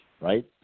Right